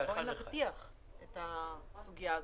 בואו נבטיח את הסוגיה הזאת.